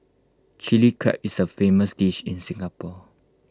Chilli Crab is A famous dish in Singapore